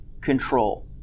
control